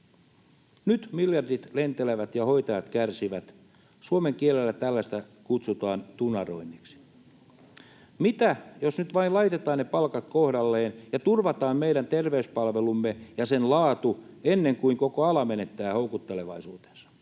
Nyt miljardit lentelevät ja hoitajat kärsivät. Suomen kielellä tällaista kutsutaan tunaroinniksi. Mitä jos nyt vain laitetaan ne palkat kohdalleen ja turvataan meidän terveyspalvelumme ja sen laatu, ennen kuin koko ala menettää houkuttelevaisuutensa.